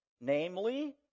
Namely